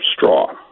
straw